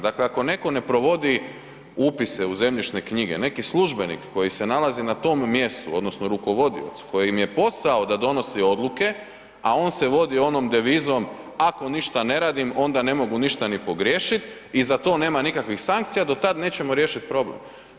Dakle, ako netko ne provodi upise u zemljišne knjige, neki službenik koji se nalazi na tom mjestu, odnosno rukovodioc, kojem je posao da donosi odluke, a on se vodi onom devizom, ako ništa ne radim, onda ne mogu ništa ni pogriješiti i za to nema nikakvih sankcija, do tad nećemo riješiti problem.